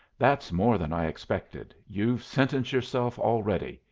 that's more than i expected. you've sentenced yourself already.